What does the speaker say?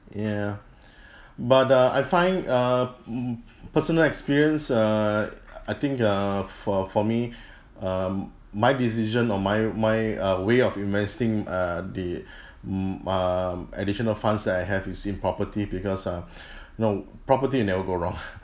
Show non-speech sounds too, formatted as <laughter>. ya but uh I find uh m~ personal experience err I think err for for me um my decision or my my uh way of investing uh the m~ err additional funds that I have is in property because uh know property you never go wrong <laughs>